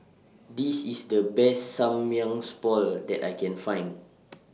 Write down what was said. This IS The Best Samgyeopsal that I Can Find